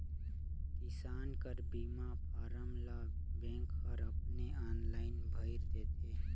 किसान कर बीमा फारम ल बेंक हर अपने आनलाईन भइर देथे